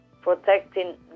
protecting